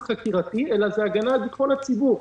חקירתי אלא זו הגנה על ביטחון הציבור.